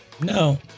no